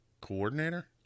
Coordinator